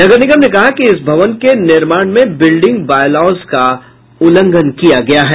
नगर निगम ने कहा कि इस भवन के निर्माण में बिल्डिंग बायलॉज का उल्लंघन किया गया है